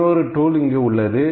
இன்னொரு டூல் இங்கு உள்ளது